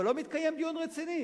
אבל לא מתקיים דיון רציני.